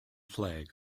flag